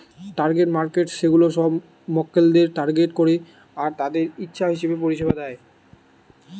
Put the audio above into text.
target markets সেগুলা সব মক্কেলদের টার্গেট করে আর তাদের ইচ্ছা হিসাবে পরিষেবা দেয়